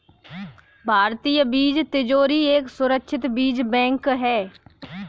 भारतीय बीज तिजोरी एक सुरक्षित बीज बैंक है